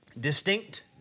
Distinct